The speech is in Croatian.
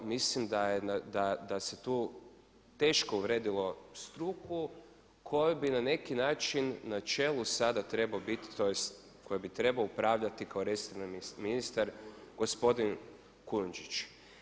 Mislim da se tu teško uvrijedilo struku kojoj bi na neki način na čelu sada trebao biti tj. kojom bi trebao upravljati kao resorni ministar gospodin Kujundžić.